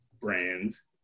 brands